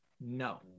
No